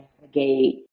navigate